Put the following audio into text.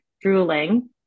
drooling